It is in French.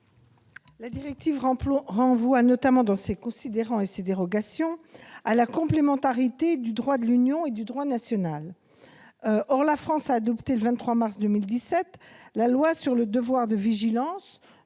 La directive renvoie, notamment dans ses considérants et ses dérogations, à la complémentarité du droit de l'Union européenne et du droit national. Or la France a adopté le 23 mars 2017 la loi sur le devoir de vigilance,